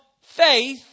faith